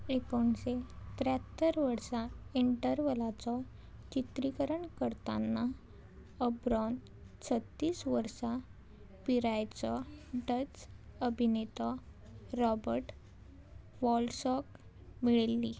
एकोणशे त्र्यात्तर वर्सा इंटरवलाचो चित्रीकरण करताना अब्रॉन छत्तीस वर्सां पिरायेचो डच अभिनेतो रॉबर्ट वॉल्सॉक मेळिल्ली